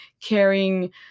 caring